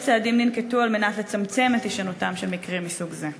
2. אילו צעדים ננקטו על מנת לצמצם את הישנותם של מקרים מסוג זה?